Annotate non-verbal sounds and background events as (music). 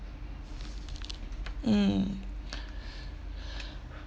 mm (noise) (breath)